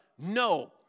no